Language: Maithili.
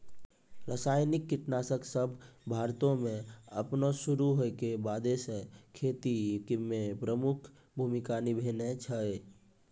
रसायनिक कीटनाशक सभ भारतो मे अपनो शुरू होय के बादे से खेती मे प्रमुख भूमिका निभैने छै